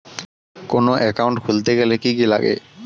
কোন একাউন্ট খুলতে গেলে কি কি লাগে?